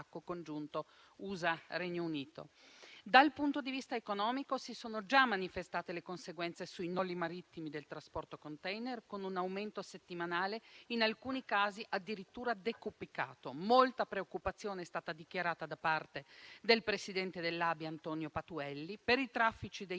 Dal punto di vista economico si sono già manifestate le conseguenze sui noli marittimi del trasporto *container*, con un aumento settimanale in alcuni casi addirittura decuplicato. Molta preoccupazione è stata dichiarata da parte del presidente dell'ABI, Antonio Patuelli, per i traffici delle merci